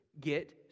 get